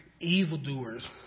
evildoers